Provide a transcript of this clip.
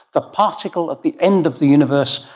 the particle at the end of the universe,